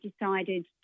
decided